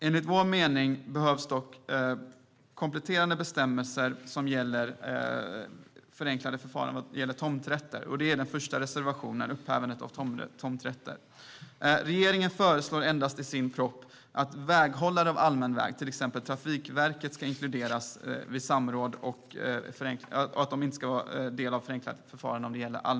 Den första reservationen gäller förenklat förfarande för upphävande av tomträtter. Enligt vår mening behövs det kompletterande bestämmelser. Regeringen föreslår i sin proposition att väghållare av allmän väg, till exempel Trafikverket, ska inkluderas vid samråd.